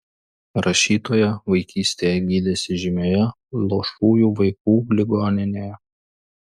rašytoja vaikystėje gydėsi žymioje luošųjų vaikų ligoninėje